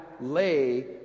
lay